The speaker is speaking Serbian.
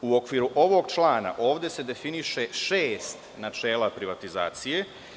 U okviru ovog člana ovde se definiše šest načela privatizacije.